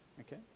okay